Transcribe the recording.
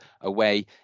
away